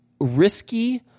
risky